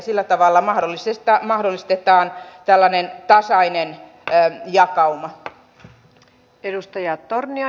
sillä tavalla mahdollistetaan tällainen tasainen jakauma